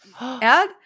add